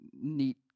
neat